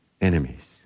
enemies